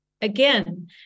Again